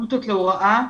בפקולטות להוראה,